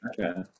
Okay